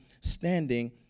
standing